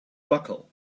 buckle